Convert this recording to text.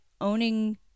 owning